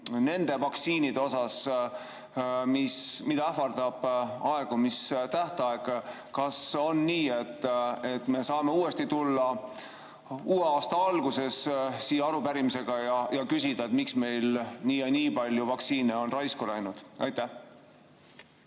nende vaktsiinide osas, mida ähvardab aegumistähtaeg? Kas on nii, et me saame uue aasta alguses tulla uuesti siia arupärimisega ja küsida, et miks meil nii ja nii palju vaktsiine on raisku läinud? Suur